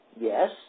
yes